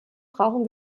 brauchen